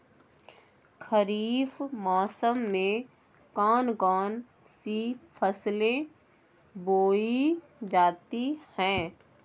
खरीफ मौसम में कौन कौन सी फसलें बोई जाती हैं?